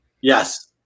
Yes